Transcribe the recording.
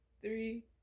Three